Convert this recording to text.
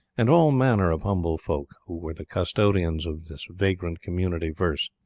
and all manner of humble folk who were the custodians of this vagrant community verse.